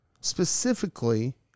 specifically